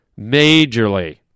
majorly